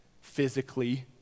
physically